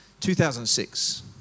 2006